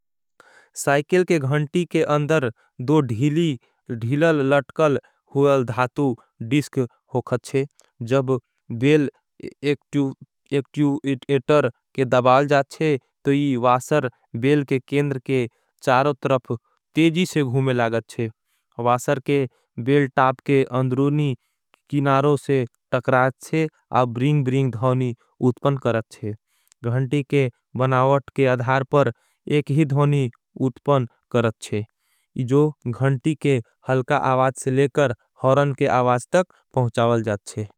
साइकेल के घंटी के अंदर दो धीलाल लटकल हुयल। धातू डिस्क होगत शे जब बेल एक्ट्यूव एटेर के दबाल। जाथ शे तो यी वासर बेल के केंदर के चारो तरफ तेजी। से घूमे लागत शे वासर के बेल टाप के अंदरूनी किनारों। से टकराएथ शे गंटी के बनावत के अधार पर एक ही। धोनी उत्पन करत शे जो घंटी के हलका आवाज से। लेकर होरन के आवाज तक पहुचावल जात शे।